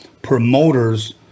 promoters